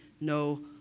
no